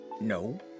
No